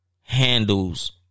handles